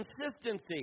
Consistency